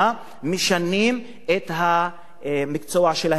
משנים את המקצוע שלהם באוניברסיטה.